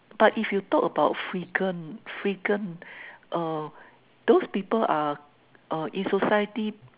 but if you talk about freegan freegan uh those people are uh in society